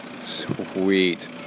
Sweet